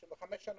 25 שנה.